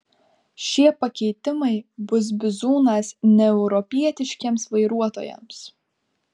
šie pakeitimai bus bizūnas neeuropietiškiems vairuotojams